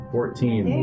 Fourteen